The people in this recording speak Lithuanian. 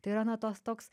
tai yra na tos toks